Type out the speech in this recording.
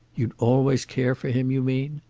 you'd always care for him, you mean?